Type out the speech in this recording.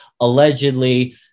allegedly